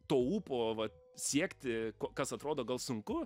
to ūpo vat siekti kas atrodo gal sunku